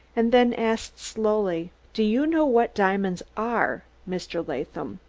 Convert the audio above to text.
and then asked slowly do you know what diamonds are, mr. latham?